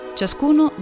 ciascuno